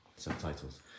subtitles